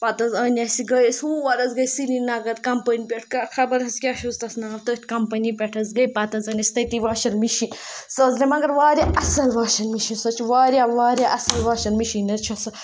پَتہٕ حظ أنۍ اَسہِ گٔیٚے أسۍ ہور حظ گٔیٚے سرینگر کَمپٔنی پٮ۪ٹھ خبر حظ کیٛاہ چھُس تَتھ ناو تٔتھۍ کَمپٔنی پٮ۪ٹھ حظ گٔیٚے پَتہٕ حظ أنۍ اَسہِ تٔتی واشن مِشیٖن سُہ حظ درٛاے مگر واریاہ اَصٕل واشَن مِشیٖن سۄ چھِ واریاہ واریاہ اَصٕل واشَن مِشیٖن حظ چھےٚ سُہ